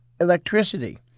electricity